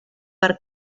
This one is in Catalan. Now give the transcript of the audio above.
per